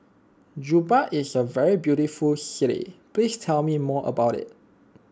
Juba is a very beautiful city please tell me more about it